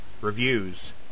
reviews